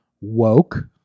woke